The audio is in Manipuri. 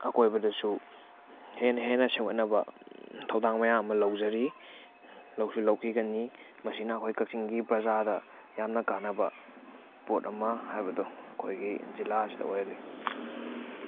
ꯑꯀꯣꯏꯕꯗꯁꯨ ꯍꯦꯟꯅ ꯍꯦꯟꯅ ꯁꯦꯝꯒꯠꯅꯕ ꯊꯧꯗꯥꯡ ꯃꯌꯥꯝ ꯑꯃ ꯂꯧꯖꯔꯤ ꯂꯧꯁꯨ ꯂꯧꯈꯤꯒꯅꯤ ꯃꯁꯤꯅ ꯑꯩꯈꯣꯏ ꯀꯛꯆꯤꯡꯒꯤ ꯄ꯭ꯔꯖꯥꯗ ꯌꯥꯝꯅ ꯀꯥꯟꯅꯕ ꯄꯣꯠ ꯑꯃ ꯍꯥꯏꯕꯗꯣ ꯑꯩꯈꯣꯏꯒꯤ ꯖꯤꯂꯥ ꯑꯁꯤꯗ ꯑꯣꯏꯍꯜꯂꯤ